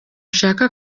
nshaka